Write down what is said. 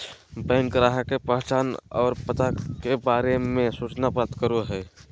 bank ग्राहक के पहचान और पता के बारे में सूचना प्राप्त करो हइ